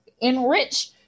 enrich